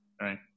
right